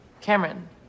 Cameron